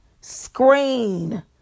screen